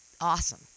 awesome